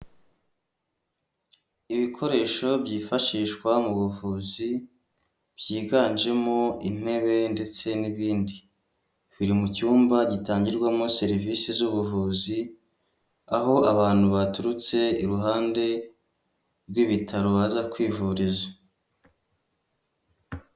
Ibikoresho byifashishwa mu buvuzi, byiganjemo intebe ndetse n'ibindi, biri mu cyumba gitangirwamo serivisi z'ubuvuzi, aho abantu baturutse iruhande rw'ibitaro baza kwivuriza.